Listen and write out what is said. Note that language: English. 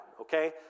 Okay